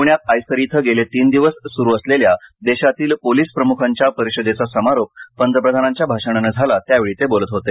प्ण्यात आयसर इथं गेले तीन दिवस चालू असलेल्या देशातील पोलीस प्रमुखांच्या परिषदेचा समारोप पंतप्रधानांच्या भाषणाने झाला त्यावेळी ते बोलत होते